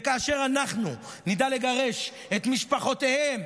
וכאשר אנחנו נדע לגרש את משפחותיהם,